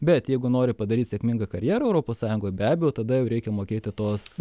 bet jeigu nori padaryt sėkmingą karjerą europos sąjungoj be abejo tada jau reikia mokėti tos